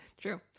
True